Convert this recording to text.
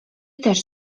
też